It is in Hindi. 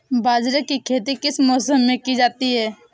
बाजरे की खेती किस मौसम में की जाती है?